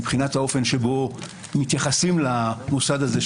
מבחינת האופן שבו מתייחסים למוסד הזה,